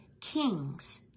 kings